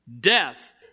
Death